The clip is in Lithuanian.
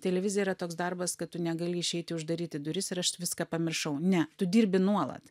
televizija yra toks darbas kad tu negali išeiti uždaryti duris ir aš viską pamiršau ne tu dirbi nuolat